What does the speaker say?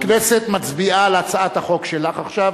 הכנסת מצביעה על הצעת החוק שלך עכשיו,